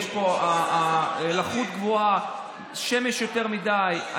יש פה לחות גבוהה, יותר מדי שמש.